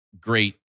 great